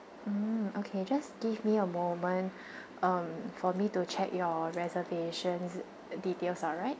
mm okay just give me a moment um for me to check your reservations details alright